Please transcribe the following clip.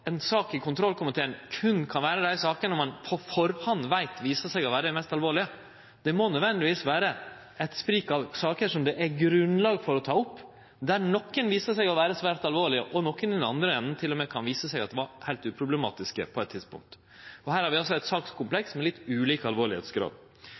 ein på førehand veit vil vise seg å vere dei mest alvorlege. Det må nødvendigvis vere eit sprik av saker som det er grunnlag for å ta opp, der nokre viser seg å vere svært alvorlege, og andre igjen til og med kan vise seg å vere heilt uproblematiske på eit tidspunkt. Og her har vi altså eit